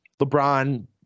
LeBron